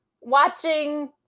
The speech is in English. watching